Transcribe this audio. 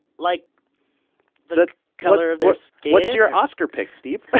like the color of their skin? what's your oscar pick steve.